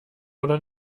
oder